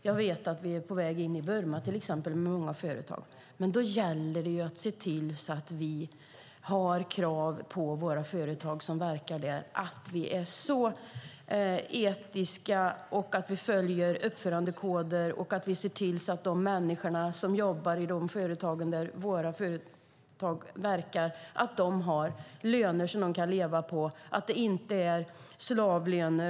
Jag vet att vi är på väg in i till exempel Burma med många företag. Men då gäller det att se till att vi har krav på våra företag som verkar där, att de är etiska och följer uppförandekoder. De människor som jobbar i våra företag där ska ha löner som de kan leva på, så att det inte är slavlöner.